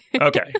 Okay